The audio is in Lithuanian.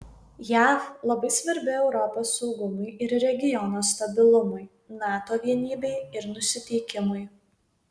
jav labai svarbi europos saugumui ir regiono stabilumui nato vienybei ir nusiteikimui